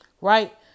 right